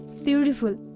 beautiful!